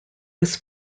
was